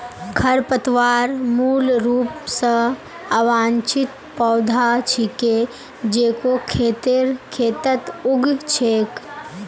खरपतवार मूल रूप स अवांछित पौधा छिके जेको खेतेर खेतत उग छेक